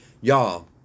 Y'all